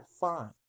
fine